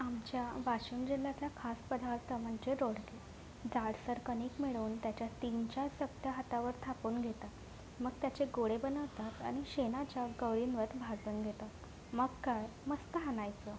आमच्या वाशिम जिल्ह्यातल्या खास पदार्थ म्हणजे रोडगे जाडसर कणीक मिळून त्याच्या तीनचार चकत्या हातावर थापून घेतात मग त्याचे गोळे बनवतात आणि शेणाच्या गवऱ्यांवर भाजून घेतात मग काय मस्त हाणायचं